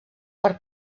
per